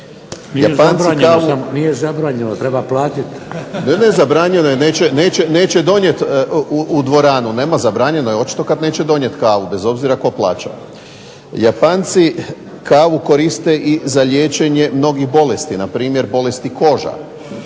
Nije zabranjeno, treba platit. **Kunst, Boris (HDZ)** Ne, ne, zabranjeno je, neće donijet u dvoranu. Nema, zabranjeno je očito kad neće donijet kavu bez obzira tko plaća. Japanci kavu koriste i za liječenje mnogih bolesti, npr. bolesti koža